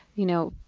you know,